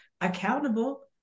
accountable